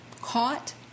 caught